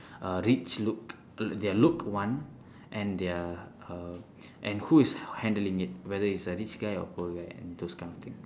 uh rich look their look one and their uh and who is handling it whether it's a rich guy or poor guy and those kind of thing